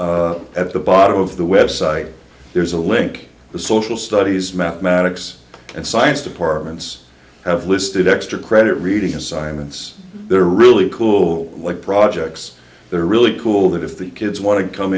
also at the bottom of the website there's a link to social studies mathematics and science departments have listed extra credit reading assignments they're really cool what projects there are really cool that if the kids want to come